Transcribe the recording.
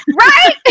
right